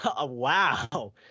Wow